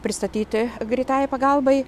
pristatyti greitajai pagalbai